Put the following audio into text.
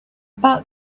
about